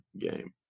game